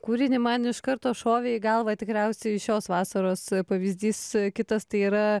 kūrinį man iš karto šovė į galvą tikriausiai šios vasaros pavyzdys kitas tai yra